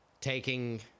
taking